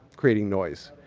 creating noise?